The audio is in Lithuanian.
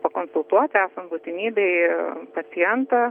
pakonsultuoti esant būtinybei ir pacientą